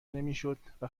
نمیشدو